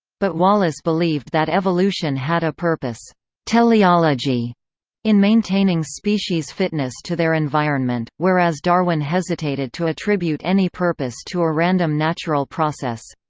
but wallace believed that evolution had a purpose in maintaining species' fitness to their environment, whereas darwin hesitated to attribute any purpose to a random natural process.